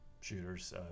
shooters